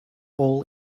all